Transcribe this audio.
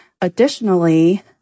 Additionally